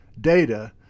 data